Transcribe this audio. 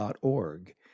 .org